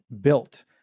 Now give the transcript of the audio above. built